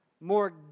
more